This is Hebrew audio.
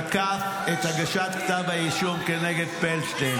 נתניהו תקף את הגשת כתב האישום כנגד פלדשטיין